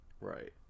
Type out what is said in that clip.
Right